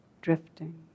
drifting